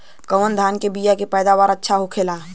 कवन धान के बीया के पैदावार अच्छा होखेला?